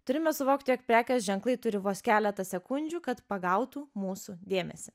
turime suvokti jog prekės ženklai turi vos keletą sekundžių kad pagautų mūsų dėmesį